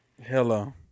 Hello